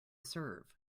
serve